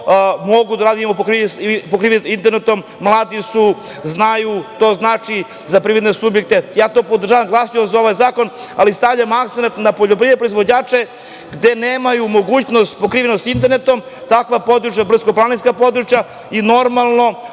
mogu da rade, imaju pokrivenost internetom, mladi su, znaju. To znači za privredne subjekte. Ja to podržavam, glasaću za ovaj zakon, ali stavljam akcenat na poljoprivredne proizvođače gde nemaju mogućnost pokrivenosti internetom. Takva područja su brdsko-planinska područja. Normalno,